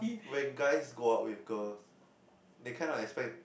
when guys go out with girls they kind of expect